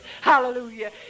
Hallelujah